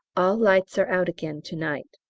all lights are out again to-night.